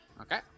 Okay